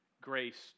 grace